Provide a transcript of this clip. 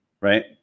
right